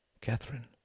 Catherine